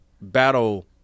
battle